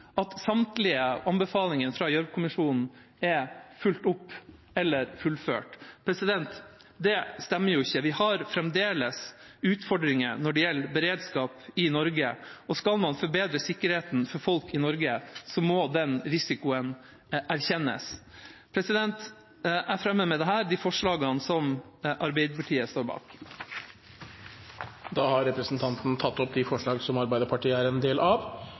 at samtlige anbefalinger fra Gjørv-kommisjonen er fulgt opp eller fullført. Det stemmer jo ikke. Vi har fremdeles utfordringer når det gjelder beredskap i Norge, og skal man forbedre sikkerheten for folk i Norge, må den risikoen erkjennes. Jeg fremmer med dette de forslagene Arbeiderpartiet er en del av. Da har representanten Martin Henriksen tatt opp de forslagene han refererte til. Trygghet for land og folk er ikke én av